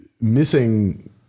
missing